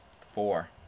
four